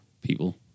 people